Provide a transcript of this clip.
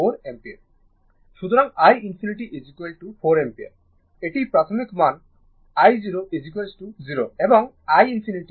সুতরাং i ∞ 4 ampere এটি প্রাথমিক মান i0 0 এর এবং i ∞ 4 অ্যাম্পিয়ার